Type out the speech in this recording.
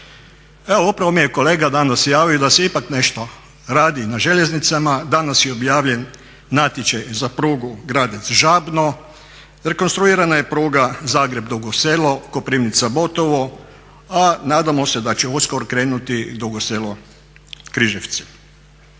Evo upravo mi je kolega danas javio da se ipak nešto radi i na željeznicama, danas je objavljen natječaj za prugu Gradec-Žabno, rekonstruirana je pruga Zagreb-Dugo Selo, Koprivnica-Botovo, a nadamo se da će uskoro krenuti i Dugo Selo-Križevci.